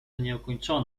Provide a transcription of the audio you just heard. jeszcze